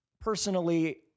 personally